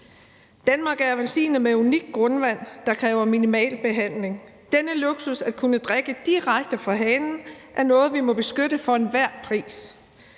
Danmark er velsignet med unikt grundvand, der kræver minimal behandling. Den luksus, det er at kunne drikke direkte fra hanen, er noget, vi må beskytte for enhver pris.